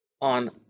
on